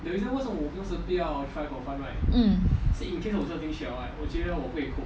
mm